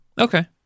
Okay